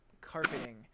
carpeting